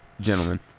Gentlemen